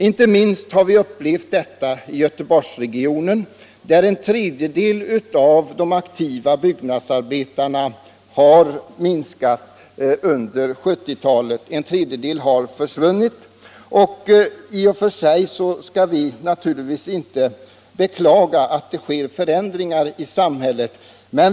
Inte minst har vi upplevt detta i Göteborgsregionen där en tredjedel av de aktiva byggnadsarbetarna försvunnit under 1970-talet. I och för sig skall vi naturligtvis inte beklaga att det sker förändringar i samhället.